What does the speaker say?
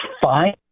fine